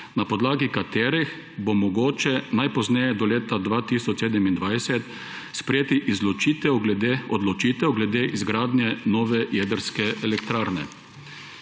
na podlagi katerih bo mogoče najpozneje do leta 2027 sprejeti odločitev glede izgradnje nove jedrske elektrarne«.